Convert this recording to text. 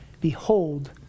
Behold